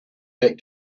back